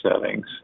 settings